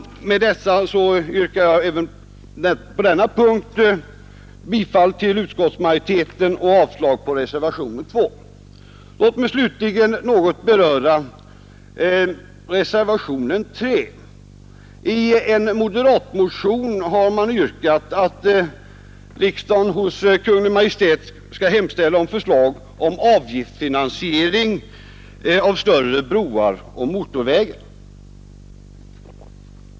Även på denna punkt yrkar jag bifall till utskottsmajoritetens förslag och avslag på reservationen 2. Låt mig slutligen något beröra reservationen 3. I en motion från moderata samlingspartiet har yrkats att riksdagen hos Kungl. Maj:t skall hemställa om förslag beträffande avgiftsfinansiering av större broar och motorvägar.